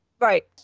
Right